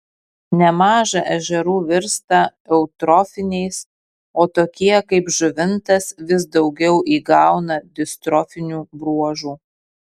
nemaža ežerų virsta eutrofiniais o tokie kaip žuvintas vis daugiau įgauna distrofinių bruožų